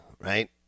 right